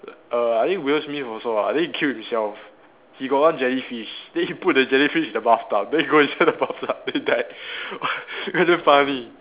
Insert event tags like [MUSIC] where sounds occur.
err I think Will Smith also ah I think he kill himself he got one jellyfish then he put the jellyfish in the bathtub then he go inside the bathtub then he died [LAUGHS] then damn funny